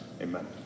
amen